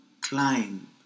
climb